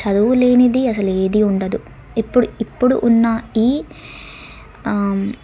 చదువు లేనిది అసలు ఏది ఉండదు ఇప్పుడు ఇప్పుడు ఉన్నా ఈ